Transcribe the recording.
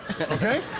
okay